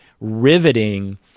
riveting